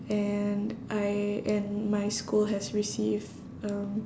and I and my school has receive um